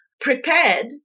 Prepared